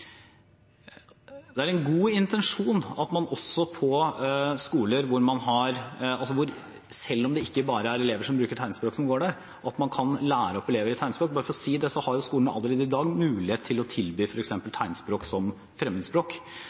Det er en god intensjon: at man også på skoler hvor det ikke bare går elever som bruker tegnspråk, kan lære opp elever i tegnspråk. Bare for å si det: Skolene har allerede i dag mulighet til å tilby f.eks. tegnspråk som fremmedspråk